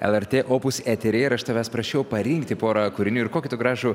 lrt opus eteryje ir aš tavęs prašiau parinkti porą kūrinių ir kokį tu gražų